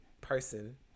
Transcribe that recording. person